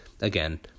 Again